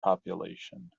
population